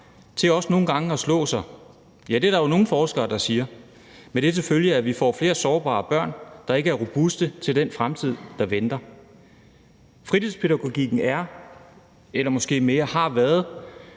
til også nogle gange at slå sig? Ja, det er der jo nogle forskere, der siger. Og det har det til følge, at vi får flere sårbare børn, der ikke er robuste til den fremtid, der venter. Fritidspædagogikken er, eller måske mere har været